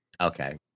Okay